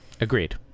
Agreed